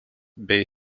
bei